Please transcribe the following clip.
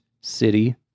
city